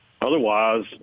Otherwise